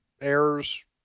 errors